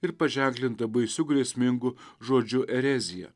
ir paženklinta baisiu grėsmingu žodžiu erezija